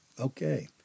Okay